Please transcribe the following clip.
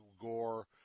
Gore